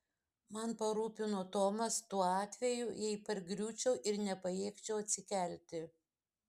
man parūpino tomas tuo atveju jei pargriūčiau ir nepajėgčiau atsikelti